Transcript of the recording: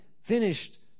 finished